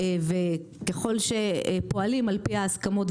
ככל שפועלים על פי ההסכמות,